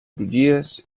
crugies